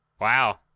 Wow